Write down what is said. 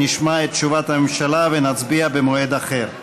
נשמע את תשובת הממשלה ונצביע במועד אחר.